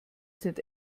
sind